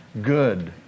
good